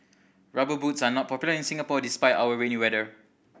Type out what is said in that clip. Rubber Boots are not popular in Singapore despite our rainy weather